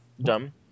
dumb